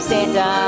Santa